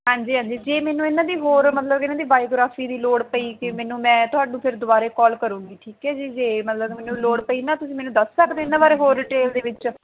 ਹਾਂਜੀ ਹਾਂਜੀ ਜੇ ਮੈਨੂੰ ਇਹਨਾਂ ਦੀ ਹੋਰ ਮਤਲਬ ਇਹਨਾਂ ਦੀ ਬਾਈਓਗਰਾਫੀ ਦੀ ਲੋੜ ਪਈ ਕਿ ਮੈਨੂੰ ਮੈਂ ਤੁਹਾਨੂੰ ਫਿਰ ਦੁਬਾਰਾ ਕਾਲ ਕਰਾਂਗੀ ਠੀਕ ਹੈ ਜੀ ਜੇ ਮਤਲਬ ਮੈਨੂੰ ਲੋੜ ਪਈ ਨਾ ਤੁਸੀਂ ਮੈਨੂੰ ਦੱਸ ਸਕਦੇ ਇਹਨਾਂ ਬਾਰੇ ਹੋਰ ਡਿਟੇਲ ਦੇ ਵਿੱਚ